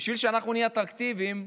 בשביל שאנחנו נהיה אטרקטיביים,